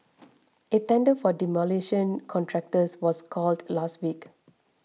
a tender for demolition contractors was called last week